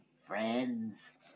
Friends